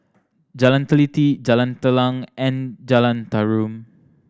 Jalan Teliti Jalan Telang and Jalan Tarum